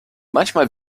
manchmal